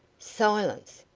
silence!